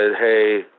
hey